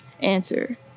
answer